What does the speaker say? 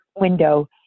window